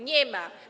Nie ma.